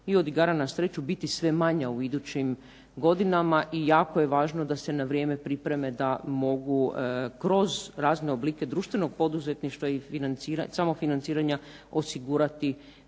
i od igara na sreću biti sve manja u idućim godinama. I jako je važno da se na vrijeme pripreme da mogu kroz razne oblike društvenog poduzetništva i samofinanciranja osigurati